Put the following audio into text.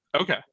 Okay